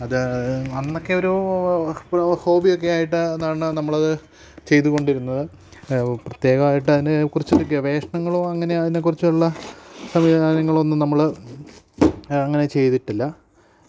അത് അന്നൊക്കെ ഒരു ഒരു ഹോബിയൊക്കെ ആയിട്ട് അതാണ് നമ്മളത് ചെയ്ത് കൊണ്ടിരുന്നത് പ്രത്യേകമായിട്ട് അതിനെക്കുറിച്ച് ഗവേഷണങ്ങളോ അങ്ങനെ അതിനെക്കുറിച്ചുള്ള സംവിധാനങ്ങളൊന്നും നമ്മള് അങ്ങനെ ചെയ്തിട്ടില്ല